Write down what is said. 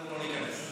אנחנו לא ניכנס.